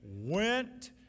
went